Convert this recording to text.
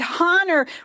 honor